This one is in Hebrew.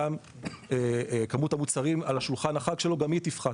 ולכן גם כמות המוצרים על שולחן החג שלו תפחת.